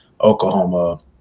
Oklahoma